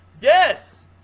Yes